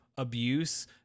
abuse